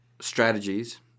strategies